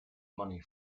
money